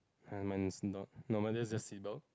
mine is not normally just seatbelt